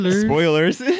Spoilers